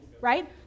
right